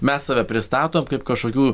mes save pristatom kaip kažkokių